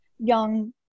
young